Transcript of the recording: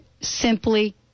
simply